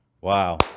Wow